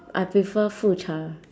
I prefer fu cha